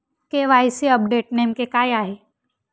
KYC update नेमके काय आहे?